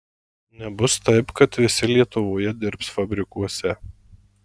nebus taip kad visi lietuvoje dirbs fabrikuose